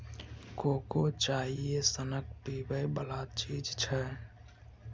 cocoa चाइए सनक पीबै बला चीज छै